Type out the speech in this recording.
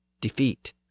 defeat